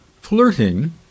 Flirting